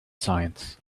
science